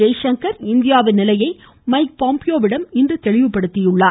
ஜெய்சங்கர் இந்தியாவின் நிலையை மைக் பாம்பியோவிடம் இன்று தெளிவுபடுத்தியுள்ளார்